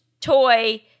toy